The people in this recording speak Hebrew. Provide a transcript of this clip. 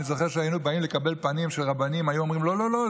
אני זוכר שכשהיינו באים לקבל פנים של רבנים היו אומרים: לא לא לא,